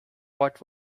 what